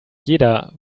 jeder